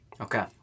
Okay